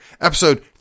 Episode